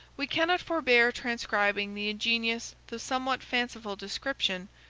we cannot forbear transcribing the ingenious, though somewhat fanciful description,